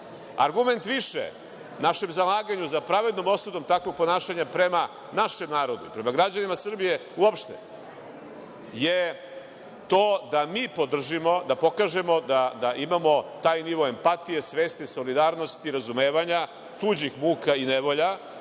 istoriji. Argument više našem zalaganju za pravednom osudom takvog ponašanja prema našem narodu, prema građanima Srbije uopšte je to da mi podržimo, da pokažemo da imamo taj nivo empatije, svesti, solidarnosti, razumevanja tuđih muka i nevolja